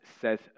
says